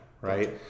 right